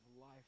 life